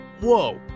Whoa